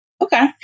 okay